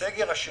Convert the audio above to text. בסגר השני,